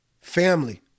family